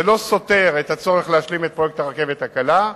זה לא סותר את הצורך להשלים את פרויקט הרכבת הקלה,